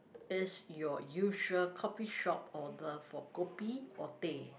is your usual coffee shop order for kopi or teh